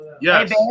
Yes